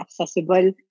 accessible